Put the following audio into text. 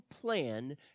plan